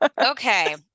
okay